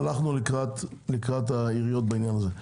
הלכנו לקראת העיריות בעניין הזה.